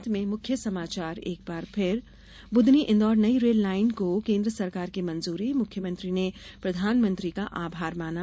अंत में मुख्य समाचार एक बार फिर बुदनी इन्दौर नई रेल लाइन को केन्द्र सरकार की मंजूरी मुख्यमंत्री ने प्रधानमंत्री का आभार माना